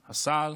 השר,